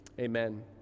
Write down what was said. Amen